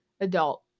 adult